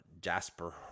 Jasper